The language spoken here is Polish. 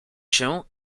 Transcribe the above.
się